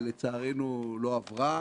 לצערנו, היא לא עברה.